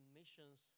missions